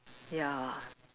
ya